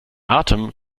atem